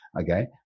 okay